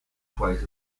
twice